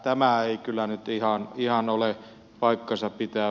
tämä ei kyllä nyt ihan ole paikkansa pitävää